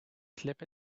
slip